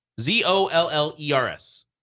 Z-O-L-L-E-R-S